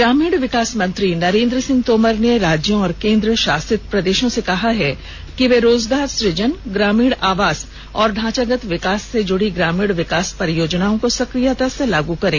ग्रामीण विकास मंत्री नरेन्द्र सिंह तोमर ने राज्यों और केंद्र शासित प्रदेशों से कहा है कि वे रोजगार सृजन ग्रामीण आवास और ढांचागत विकास से जुड़ी ग्रामीण विकास परियोजनाओं को सकियता र्स लागू करें